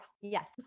yes